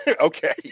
Okay